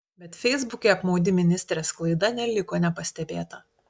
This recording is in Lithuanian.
bet feisbuke apmaudi ministrės klaida neliko nepastebėta